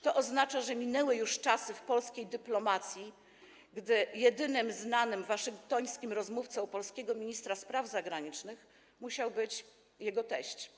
To oznacza, że minęły już czasy w polskiej dyplomacji, gdy jedynym znanym waszyngtońskim rozmówcą polskiego ministra spraw zagranicznych musiał być jego teść.